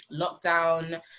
lockdown